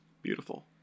beautiful